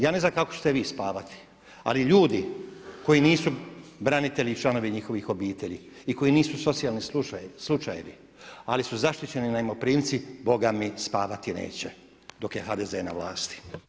Ja ne znam kako ćete vi spavati, ali ljudi koji nisu branitelji i članovi njihovih obitelji i koji nisu socijalni slučajevi, ali su zaštićeni najmoprimci, boga mi spavati neće dok je HDZ na vlasti.